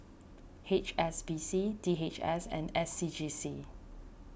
H S B C D H S and S C G C